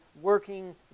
working